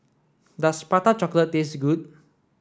does prata chocolate taste good